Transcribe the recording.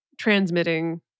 transmitting